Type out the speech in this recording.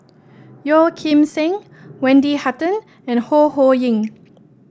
Yeo Kim Seng Wendy Hutton and Ho Ho Ying